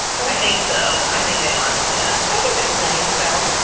um i think so. i think they must. yeah. i think that's nice though.